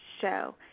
show